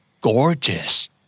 Gorgeous